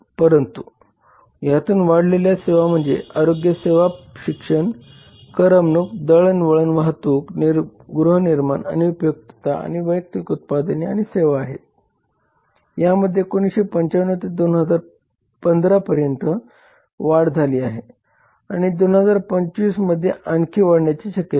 तर यातून वाढलेल्या सेवा म्हणजे आरोग्यसेवा शिक्षण करमणूक दळणवळण वाहतूक गृहनिर्माण आणि उपयुक्तता आणि वैयक्तिक उत्पादने आणि सेवा आहे यांमध्ये 1995 ते 2015 पर्यंत वाढ झाली आहे आणि 2025 मध्ये आणखी वाढण्याची शक्यता आहे